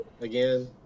again